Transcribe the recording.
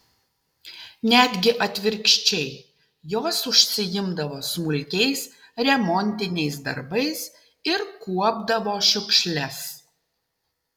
netgi atvirkščiai jos užsiimdavo smulkiais remontiniais darbais ir kuopdavo šiukšles